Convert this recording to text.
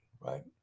right